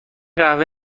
قهوه